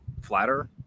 flatter